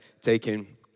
taken